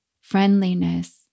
friendliness